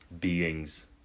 beings